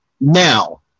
Now